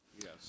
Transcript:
Yes